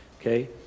okay